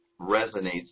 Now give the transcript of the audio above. resonates